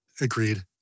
Agreed